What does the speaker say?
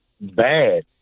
bad